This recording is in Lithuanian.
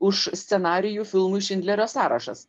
už scenarijų filmui šindlerio sąrašas